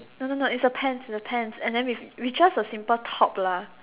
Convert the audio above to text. no no no it's a pants the pants and then its with just a simple top lah